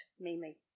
Mimi